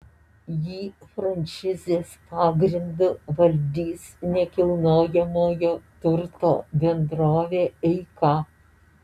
jį franšizės pagrindu valdys nekilnojamojo turto bendrovė eika